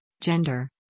gender